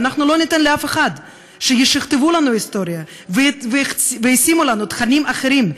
ואנחנו לא ניתן לאף אחד שישכתב לנו את ההיסטוריה וישים לנו תכנים אחרים,